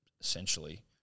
essentially